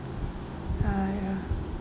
ah ya